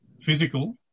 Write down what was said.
physical